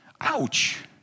Ouch